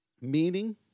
meaning